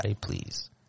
please